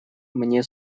мне